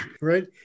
right